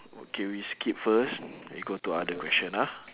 okay we skip first we go to other question ah